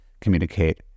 communicate